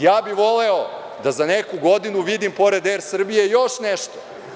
Ja bih voleo da za neku godinu vidim pored „Er Srbije“ još nešto.